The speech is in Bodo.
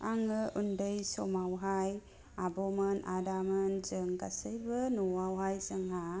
आंङो उन्दै समावहाय आब'मोन आदामोन जों गासैबो न'आवहाय जोंहा